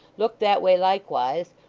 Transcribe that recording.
looked that way likewise,